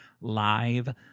live